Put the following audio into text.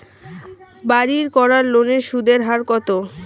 বাড়ির করার লোনের সুদের হার কত?